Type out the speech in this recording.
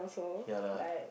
ya lah